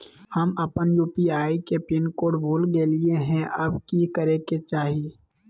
हम अपन यू.पी.आई के पिन कोड भूल गेलिये हई, अब की करे के चाही?